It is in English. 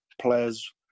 players